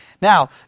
Now